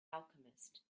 alchemist